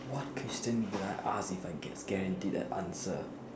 what question would I ask if I can get guaranteed an answer